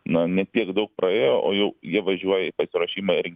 na ne tiek daug praėjo o jau jie važiuoja į pasiruošimą